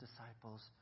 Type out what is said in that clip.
disciples